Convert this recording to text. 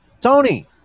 Tony